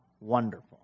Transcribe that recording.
wonderful